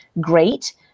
great